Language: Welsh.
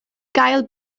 gael